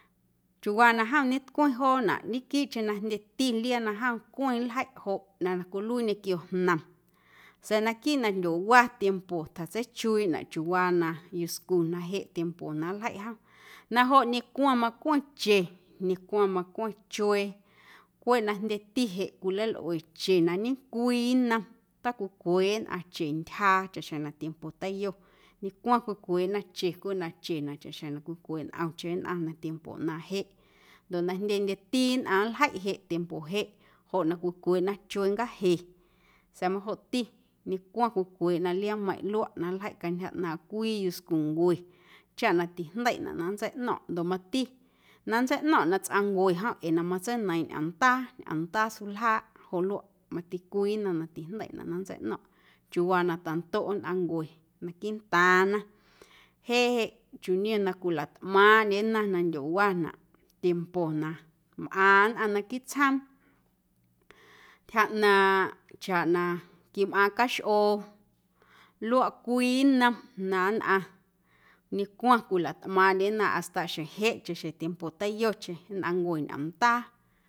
Chiuuwaa na jom ñetcweⁿ joonaꞌ ñequiiꞌcheⁿ na jndyeti liaa na jom cweⁿ nljeiꞌ joꞌ ꞌnaⁿ na cwiluii ñequio jnom sa̱a̱ naquiiꞌ na jndyowa tiempo tjatseichuiiꞌnaꞌ chiuuwaa na yuscu na jeꞌ tiempo na nljeiꞌ jom na joꞌ ñecwa macweⁿ che ñecwa macweⁿ chuee cweꞌ na jndyeti jeꞌ cwilalꞌue che na ñecwii nnom tacocweeꞌ nnꞌaⁿ chentyjaa chaꞌxjeⁿ na tiempo teiyo ñecwa cwicweeꞌna che cweꞌ na che chaꞌxjeⁿ na cwicweeꞌ ntꞌomcheⁿ nnꞌaⁿ na tiempo ꞌnaaⁿ jeꞌ ndoꞌ na jndyendyeti nnꞌaⁿ nljeiꞌ jeꞌ tiempo jeꞌ joꞌ na cwicweeꞌna chuee ncaje sa̱a̱ majoꞌti ñecwa cwicweeꞌna liaameiⁿꞌ luaꞌ na nljeiꞌ cantyja ꞌnaaⁿꞌ cwii yuscuncue chaꞌ na tijndeiꞌnaꞌ na nntseiꞌno̱ⁿꞌ ndoꞌ mati na nntseiꞌno̱ⁿꞌ na tsꞌaⁿncue jom ee na matseineiiⁿ ñꞌoomndaa, ñꞌoomndaa suljaaꞌ joꞌ luaꞌ mati cwii nnom na tijndeiꞌna na nntseiꞌno̱ⁿꞌ chiuuwaa na taꞌndoꞌ nnꞌaⁿnncue naquiiꞌ ntaaⁿna. Jeꞌ jeꞌ chiuu niom na cwilatꞌmaaⁿꞌndyena na ndyowanaꞌ tiempo na mꞌaⁿ nnꞌaⁿ na naquiiꞌ tsjoom ntyja ꞌnaaⁿꞌ chaꞌ na quimꞌaaⁿ caxꞌoo luaꞌ cwii nnom na nnꞌaⁿ ñecwa cwilatꞌmaaⁿꞌndyena hasta xjeⁿ jeꞌcheⁿ xjeⁿ tiempo teiyocheⁿ nnꞌaⁿncue ñꞌoomndaa.